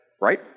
right